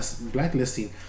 blacklisting